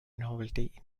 novelty